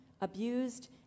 abused